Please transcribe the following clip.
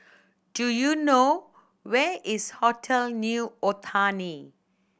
do you know where is Hotel New Otani